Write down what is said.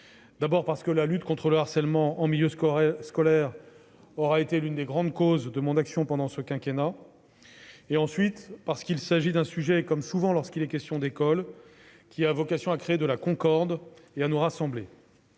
d'abord parce que la lutte contre le harcèlement en milieu scolaire aura été l'une des grandes causes de mon action pendant ce quinquennat, ensuite parce qu'il s'agit d'un sujet qui, comme souvent lorsqu'il est question de l'école, a vocation à créer de la concorde et à nous rassembler.